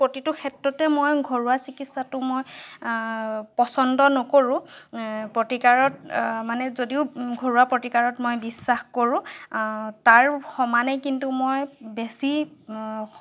প্ৰতিটো ক্ষেত্ৰতে মই ঘৰুৱা চিকিৎসাটো মই পচন্দ নকৰো প্ৰতিকাৰত মানে যদিও ঘৰুৱা প্ৰতিকাৰত মই বিশ্বাস কৰো তাৰ সমানে কিন্তু মই বেছি